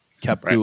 kept